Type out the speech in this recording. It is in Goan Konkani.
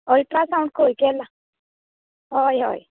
अट्रासाऊड खंय केला हय हय